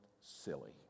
silly